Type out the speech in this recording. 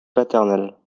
paternelle